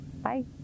Bye